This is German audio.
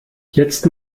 jetzt